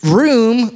room